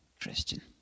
Christian